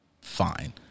fine